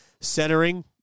centering